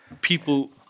people